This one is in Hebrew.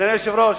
אדוני היושב-ראש,